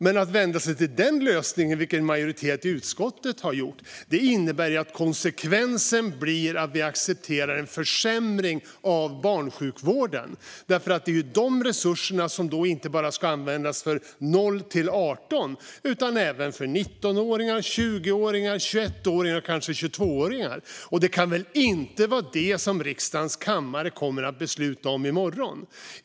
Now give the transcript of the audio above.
Men att vända sig till den lösningen, vilket en majoritet i utskottet har gjort, får till konsekvens att vi accepterar en försämring av barnsjukvården. Det är ju de resurserna som då inte bara ska användas för 0-18-åringar utan även för 19, 20, 21 och kanske 22-åringar. Det kan väl inte vara det som riksdagens kammare kommer att besluta i morgon?